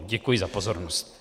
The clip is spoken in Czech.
Děkuji za pozornost.